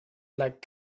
lack